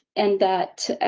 and that